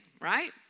right